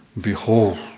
Behold